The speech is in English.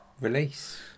release